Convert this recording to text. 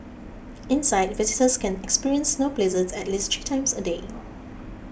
inside visitors can experience snow blizzards at least three times a day